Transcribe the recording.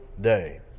day